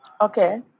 Okay